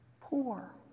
Poor